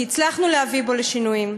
כי הצלחנו להביא בו לשינויים.